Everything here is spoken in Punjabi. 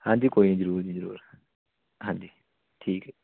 ਹਾਂਜੀ ਕੋਈ ਨਹੀਂ ਜ਼ਰੂਰ ਜੀ ਜ਼ਰੂਰ ਹਾਂਜੀ ਠੀਕ ਹੈ ਜੀ